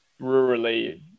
rurally